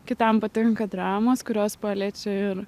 kitam patinka dramos kurios paliečia ir